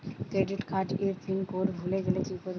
Credit কার্ডের pin code ভুলে গেলে কি করব?